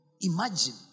Imagine